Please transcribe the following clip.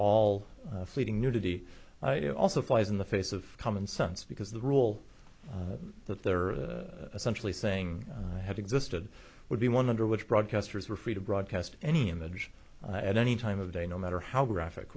all fleeting nudity it also flies in the face of common sense because the rule that there are essentially saying had existed would be one under which broadcasters were free to broadcast any image at any time of day no matter how graphic